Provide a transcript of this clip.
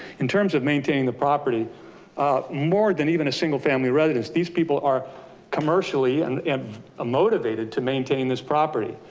in terms of maintaining the property more than even a single family residence. these people are commercially and and ah motivated to maintain this property,